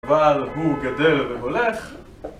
אבל הוא גדל ומולך